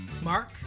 Mark